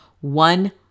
one